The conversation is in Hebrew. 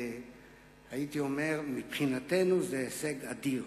הייתי אומר שמבחינתנו זה הישג אדיר.